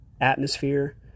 atmosphere